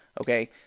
Okay